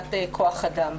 מבחינת כוח אדם,